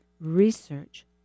research